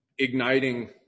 Igniting